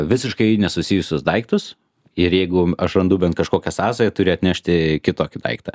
visiškai nesusijusius daiktus ir jeigu aš randu bent kažkokią sąsają turi atnešti kitokį daiktą